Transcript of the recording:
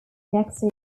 next